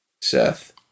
Seth